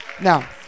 Now